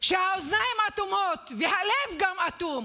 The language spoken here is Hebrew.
שהאוזניים אטומות והלב גם אטום,